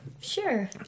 sure